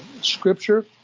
scripture